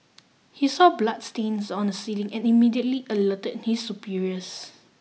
he saw bloodstains on the ceiling and immediately alerted his superiors